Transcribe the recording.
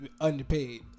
underpaid